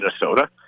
Minnesota